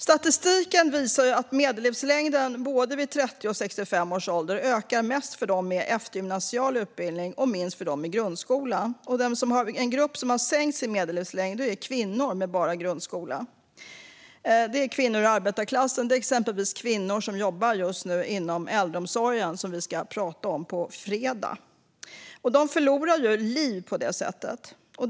Statistiken visar att den återstående medellivslängden vid både 30 och 65 års ålder ökar mest för dem med eftergymnasial utbildning och minst för dem med grundskola. En grupp som fått sänkt medellivslängd är kvinnor med bara grundskola. Det är kvinnor ur arbetarklassen, exempelvis kvinnor som just nu jobbar inom äldreomsorgen, som vi ska prata om på fredag. De förlorar liv på det sättet.